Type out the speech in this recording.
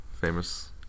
famous